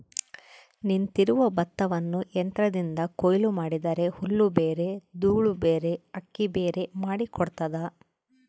ನಿಂತಿರುವ ಭತ್ತವನ್ನು ಯಂತ್ರದಿಂದ ಕೊಯ್ಲು ಮಾಡಿದರೆ ಹುಲ್ಲುಬೇರೆ ದೂಳುಬೇರೆ ಅಕ್ಕಿಬೇರೆ ಮಾಡಿ ಕೊಡ್ತದ